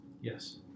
Yes